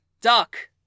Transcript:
duck